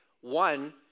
One